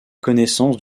connaissance